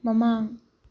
ꯃꯃꯥꯡ